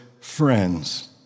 friends